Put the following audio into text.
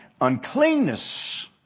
uncleanness